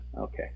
Okay